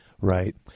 Right